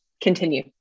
continue